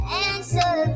answer